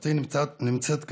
משפחתי נמצאת כאן,